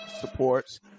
supports